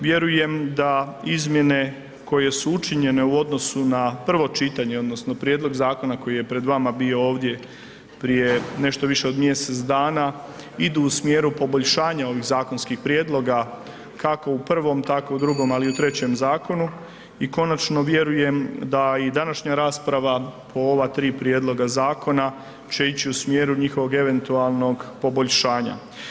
Vjerujem da izmjene koje su učinjene u odnosu na prvo čitanje odnosno prijedlog zakona koji je pred vama bio ovdje prije nešto više od mjesec dana, idu u smjeru poboljšanja ovih zakonskim prijedloga kako u prvom, tako u drugom ali i u trećem zakonu i konačno vjerujem da i današnja rasprava o ova tri prijedloga zakona će ići u smjeru njihovog eventualnog poboljšanja.